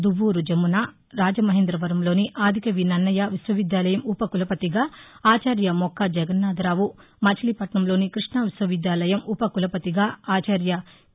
దుప్వూరు జమున రాజమహేందవరంలోని ఆది కవి నన్నయ విశ్వవిద్యాలయం ఉప కులపతిగా ఆచార్య మొక్కా జగన్నాథరావు మచిలీపట్నంలోని కృష్ణా విశ్వ విద్యాలయం ఉప కులపతిగా ఆచార్య కే